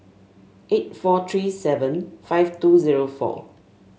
eight four three seven five two zero four